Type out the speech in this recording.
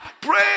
Pray